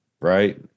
right